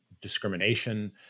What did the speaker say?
discrimination